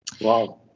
Wow